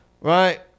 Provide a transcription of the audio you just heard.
right